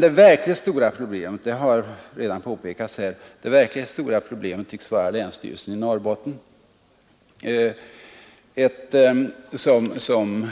Det verkligt stora problemet — detta har redan påpekats här — tycks emellertid vara länsstyrelsen i Norrbotten, som